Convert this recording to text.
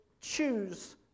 choose